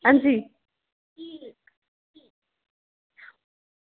अंजी